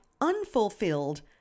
unfulfilled